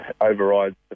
overrides